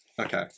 Okay